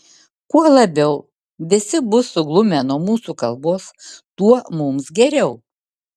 kuo labiau visi bus suglumę nuo mūsų kalbos tuo mums geriau